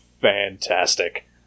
fantastic